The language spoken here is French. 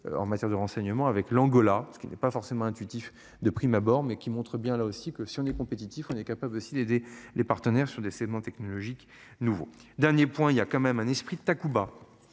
En matière de renseignement avec l'Angola. Ce qui n'est pas forcément intuitifs de prime abord, mais qui montre bien là aussi que si on est compétitifs on est capables aussi d'aider les partenaires sur des segments technologiques nouveaux. Dernier point, il y a quand même un esprit de Takuba.